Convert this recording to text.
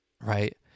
right